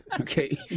Okay